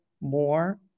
more